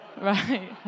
Right